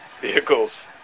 vehicles